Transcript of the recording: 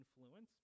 influence